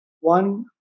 one